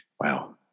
wow